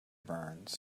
burns